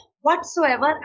whatsoever